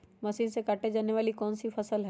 Machine से काटे जाने वाली कौन सी फसल है?